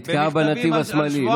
נתקעה בנתיב השמאלי.